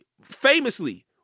famously